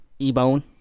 Ebone